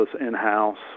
in-house